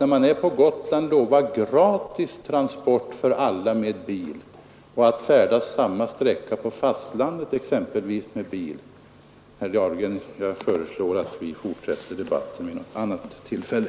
mellan löftet om gratis transport för gotlänningarna och deras bilar mellan fastlandet och Gotland och vad det kostar att färdas lika långt på fastlandet, exempelvis med bil? Herr Dahlgren, jag föreslår att vi för centerpartiets skull fortsätter debatten vid något annat tillfälle.